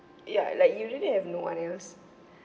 ya like usually have no one else